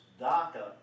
DACA